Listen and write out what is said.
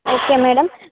okay madam